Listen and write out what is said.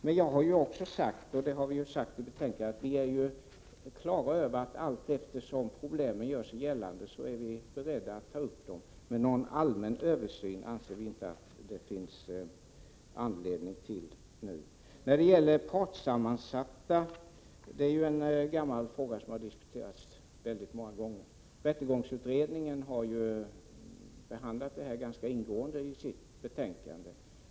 Däremot har jag sagt — och det har vi också sagt i betänkandet — att allteftersom problem gör sig gällande är vi beredda att ta upp problemen. Någon allmän översyn anser vi dock inte att det finns anledning till nu. Frågan om partssammansatta domstolar är gammal och har diskuterats många gånger tidigare. Rättegångsutredningen har behandlat frågan ganska ingående i sitt betänkande.